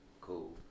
cool